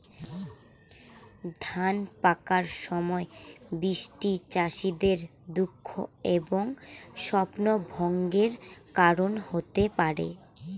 ধান পাকার সময় বৃষ্টি চাষীদের দুঃখ এবং স্বপ্নভঙ্গের কারণ হতে পারে